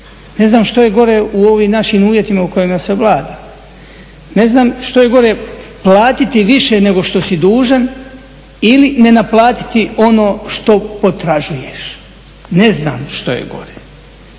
Ne znam što je gore u ovim našim uvjetima u kojima se vlada? Ne znam što je gore, platiti više nego što si dužan ili ne naplatiti ono što potražuješ? Ne znam što je gore.